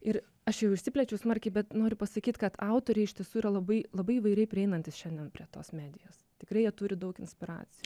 ir aš jau išsiplečiu smarkiai bet noriu pasakyt kad autoriai iš tiesų yra labai labai įvairiai prieinantys šiandien prie tos medijos tikrai jie turi daug inspiracijų